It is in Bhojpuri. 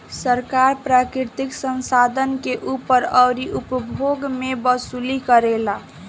सरकार प्राकृतिक संसाधन के ऊपर अउरी उपभोग मे वसूली करेला